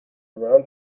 around